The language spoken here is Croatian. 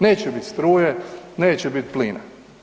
Neće biti struje, neće biti plina.